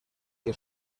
que